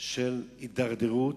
של הידרדרויות,